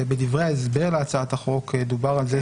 בדברי ההסבר להצעת החוק דובר על כך.